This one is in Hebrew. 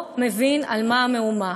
לא מבין על מה המהומה,